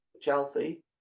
chelsea